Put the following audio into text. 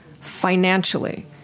Financially